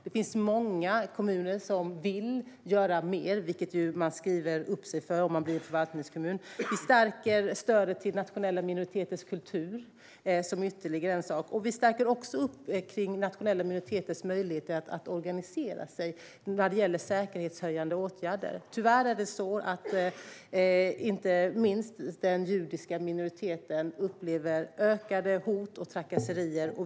Det finns många kommuner som vill göra mer, vilket man tar på sig om man blir en förvaltningskommun. Vi stärker stödet till nationella minoriteters kultur. Vi gör också en förstärkning när det gäller nationella minoriteters möjligheter att organisera sig i fråga om säkerhetshöjande åtgärder. Tyvärr är det så att inte minst den judiska minoriteten upplever ökade hot och trakasserier.